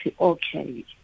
okay